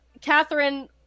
Catherine